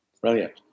brilliant